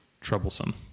troublesome